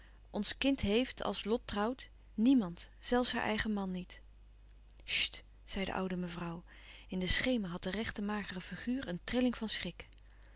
ons kind heeft als lot trouwt niemand zelfs haar eigen man niet chtt zei de oude mevrouw in den schemer had de rechte magere figuur een trilling van schrik